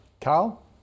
carl